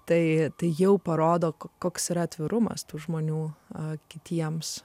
tai jau parodo koks yra atvirumas tų žmonių o kitiems